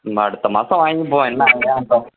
நம்ம அடுத்த மாதம் வாங்கிப்போம் என்ன ஏன் இப்போ